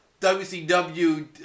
WCW